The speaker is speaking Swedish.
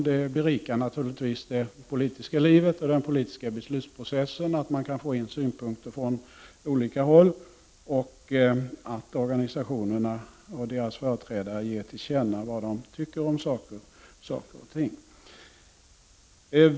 Det berikar naturligtvis det politiska livet och den politiska beslutsprocessen att man kan få synpunkter från olika håll, att organisationerna och deras företrädare ger till känna vad de tycker om saker och ting.